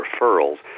referrals